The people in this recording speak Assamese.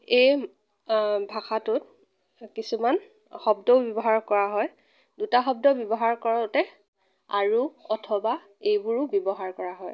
এই ভাষাটোত কিছুমান শব্দও ব্যৱহাৰ কৰা হয় দুটা শব্দ ব্যৱহাৰ কৰোঁতে আৰু অথবা এইবোৰো ব্যৱহাৰ কৰা হয়